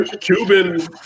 Cuban